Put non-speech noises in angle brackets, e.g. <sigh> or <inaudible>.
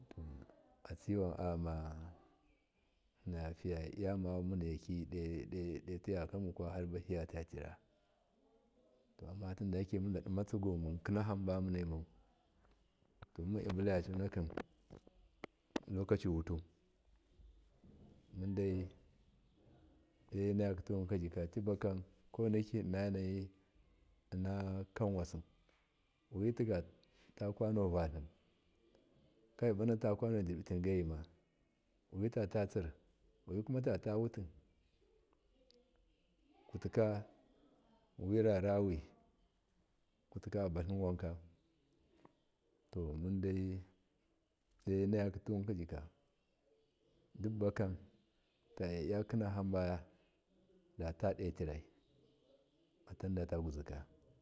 <noise> atsiwan ayama fiyaiyamamunaki ɗe ɗe dotiyaku muku harbahitatira to ammatinda yake mundadima tsiguwun munbuna hamba munemau to munma iyabulava conakim lokoci wutu mundai enaiyatu wunkajika tibakam koweneki innakanwasi wi tigata kwano vatli kaibanata kwano dirbidi ju yima wutatatsir wukumatata wuti kutka wi rarawi kuteka abatlin wanka to mundai do nayaki tuwunkajika dubakam taiyaiya kinu hambadatai do tiraifatan sugdata gwuzika.